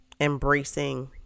embracing